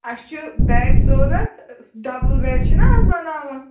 اَسہِ چھِ بٮ۪ڈ ضروٗرت ڈبُل بٮ۪ڈ چھِنا اَز بناوان